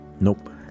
nope